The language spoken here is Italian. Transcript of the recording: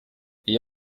gli